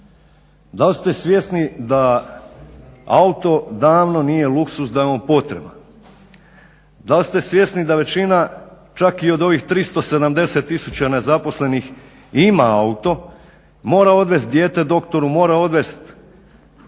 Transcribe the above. Da li ste svjesni da auto davno nije luksuz da je on potreba? Da li ste svjesni da većina čak i od odvih 370 nezaposlenih ima auto, mora odvesti dijete doktoru, mora odvesti bolesne